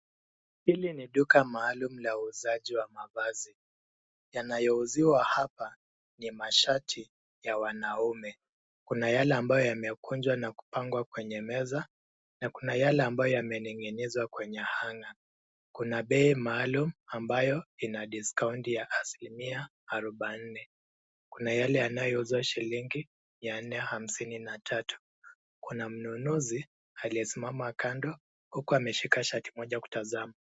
Hili ni duka maalum la uuzaji wa mavazi. Yanayouziwa hapa ni mashati ya wanaume. Kuna yale ambayo yamekunjwa na kupangwa kwenye meza na kuna yale ambayo yameninginizwa kwenye hanger . Kuna bei maalum ambayo ina discounti ya asilimia arubaine. Kuna yale yanayouzwa shillingi mia nne hamsini na tatu. Kuna mnunuzi aliyesimama kando huku ameshika shati moja kutazama.